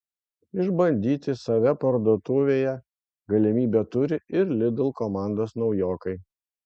išbandyti save parduotuvėje galimybę turi ir lidl komandos naujokai